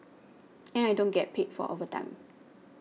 and I don't get paid for overtime